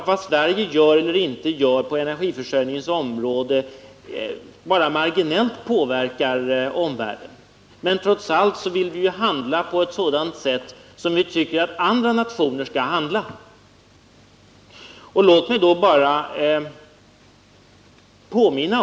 Vad Sverige gör eller inte gör på energiområdet påverkar naturligtvis omvärlden bara marginellt, men trots allt vill vi handla så som vi tycker att också andra nationer skall handla.